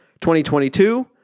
2022